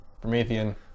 Promethean